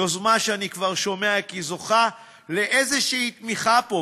יוזמה שאני כבר שומע כי היא זוכה לאיזושהי תמיכה פה,